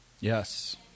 Yes